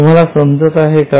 तुम्हाला समजत आहे का